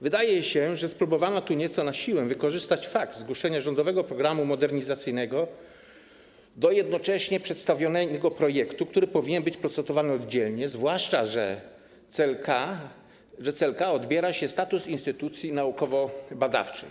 Wydaje się, że spróbowano tu nieco na siłę wykorzystać fakt zgłoszenia rządowego programu modernizacyjnego do jednoczesnego przedstawienia projektu, który powinien być procedowany oddzielnie, zwłaszcza że CLKP odbiera się status instytucji naukowo-badawczej.